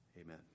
Amen